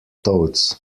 toads